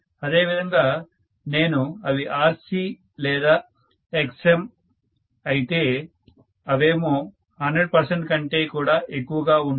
అదే విధంగా నేను అవి RC లేదా Xm అయితే అవేమో 100 పర్సెంట్ కంటే కూడా ఎక్కువగా ఉంటాయి